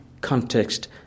context